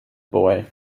boy